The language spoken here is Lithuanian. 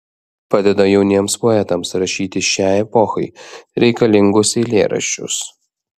padeda jauniems poetams rašyti šiai epochai reikalingus eilėraščius